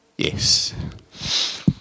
Yes